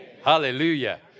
Hallelujah